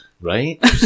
Right